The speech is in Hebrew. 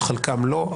על חלקם לא,